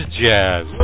jazz